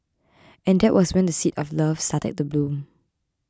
and that was when the seeds of love started to bloom